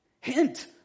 Hint